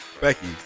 Becky